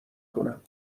کنم